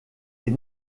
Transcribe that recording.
est